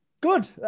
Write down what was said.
good